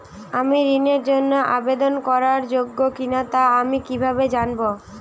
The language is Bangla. আমি ঋণের জন্য আবেদন করার যোগ্য কিনা তা আমি কীভাবে জানব?